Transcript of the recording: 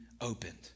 opened